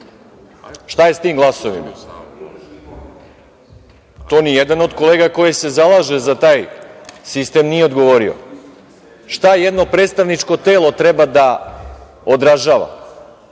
Šta je sa tim glasovima? To nijedan od kolega koji se zalaže za taj sistem nije odgovorio. Šta jedno predstavničko telo treba da odražava?